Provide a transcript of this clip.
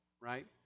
right